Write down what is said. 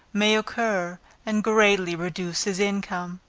may occur and greatly reduce his income.